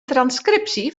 transcriptie